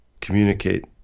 communicate